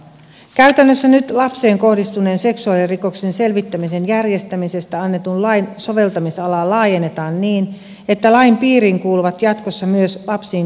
käytännössä nyt lapseen kohdistuneen seksuaalirikoksen selvittämisen järjestämisestä annetun lain soveltamisalaa laajennetaan niin että lain piiriin kuuluvat jatkossa myös lapsiin kohdistuneet pahoinpitelyrikokset